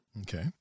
Okay